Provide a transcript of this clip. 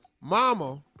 mama